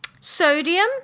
Sodium